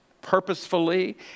purposefully